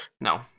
No